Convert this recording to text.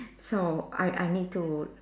so I I need to